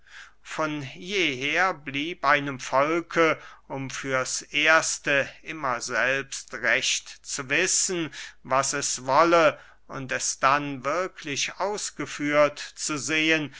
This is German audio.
von jeher blieb einem volke um fürs erste immer selbst recht zu wissen was es wolle und es dann wirklich ausgeführt zu sehen